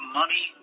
money